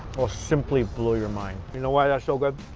ah simply blow your mind. you know why that's so good?